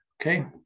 Okay